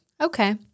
Okay